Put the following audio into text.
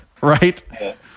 Right